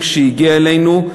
כשהגיע אלינו,